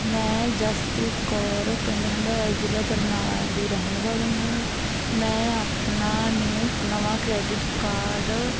ਮੈਂ ਜਸਪ੍ਰੀਤ ਕੌਰ ਪਿੰਡ ਹੰਡਿਆਇਆ ਜ਼ਿਲ੍ਹਾ ਬਰਨਾਲਾ ਦੀ ਰਹਿਣ ਵਾਲੀ ਹਾਂ ਮੈਂ ਆਪਣਾ ਨਿਊ ਨਵਾਂ ਕ੍ਰੈਡਿਟ ਕਾਰਡ